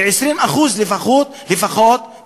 כ-20% לפחות,